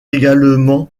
également